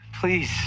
Please